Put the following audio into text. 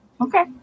Okay